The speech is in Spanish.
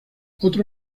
otro